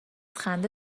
خنده